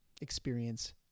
experience